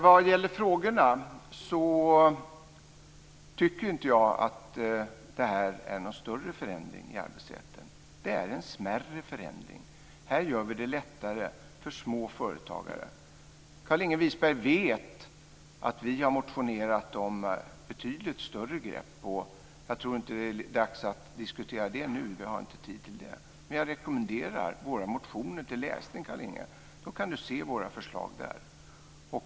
Vad gäller frågorna tycker inte jag att detta är någon större förändring i arbetsrätten. Det är en mindre förändring. Här gör vi det lättare för små företagare. Carlinge Wisberg vet att vi har motionerat om betydligt större grepp. Jag tror inte att det är dags att diskutera det nu; vi har inte tid till det. Men jag rekommenderar våra motioner till läsning. Där kan Carlinge se våra förslag.